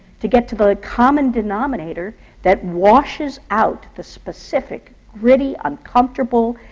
to get to the common denominator that washes out the specific, gritty, uncomfortable,